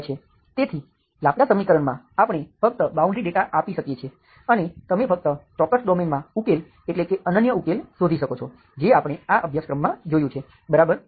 તેથી લાપ્લાસ સમીકરણમાં આપણે ફક્ત બાઉન્ડ્રી ડેટા આપી શકીએ છીએ અને તમે ફક્ત ચોક્કસ ડોમેઈનમાં ઉકેલ એટલે કે અનન્ય ઉકેલ શોધી શકો છો જે આપણે આ અભ્યાસક્રમમાં જોયું છે બરાબર